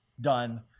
done